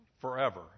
forever